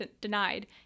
denied